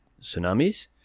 tsunamis